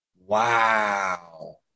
Wow